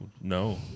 no